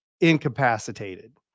incapacitated